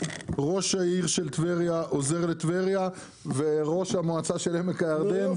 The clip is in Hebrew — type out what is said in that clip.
ראש העיר של טבריה עוזר לטבריה וראש המועצה של עמק הירדן,